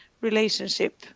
relationship